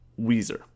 Weezer